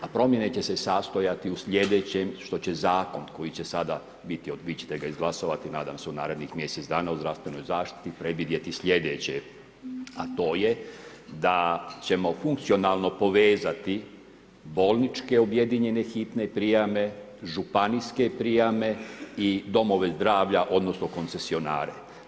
A promjene će se sastojati u slijedećem što će Zakon koji će sada biti, vi ćete ga izglasovati nadam se u narednih mjesec dana, o zdravstvenoj zaštiti, predvidjeti slijedeće, a to je da ćemo funkcionalno povezati bolničke objedinjene hitne prijame, županijske prijame i domove zdravlja odnosno koncesionare.